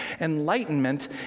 Enlightenment